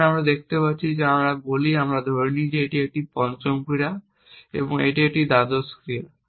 এখন আমরা দেখতে পাচ্ছি যেমন আমি বলি যে আমরা ধরে নিই যে এটি পঞ্চম ক্রিয়া এবং এটি দ্বাদশ ক্রিয়া